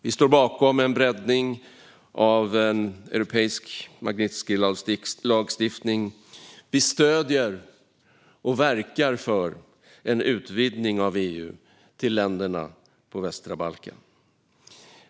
Vi står bakom en breddning av en europeisk Magnitskijlagstiftning, och vi stöder och verkar för en utvidgning av EU med länderna på västra Balkan.